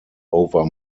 over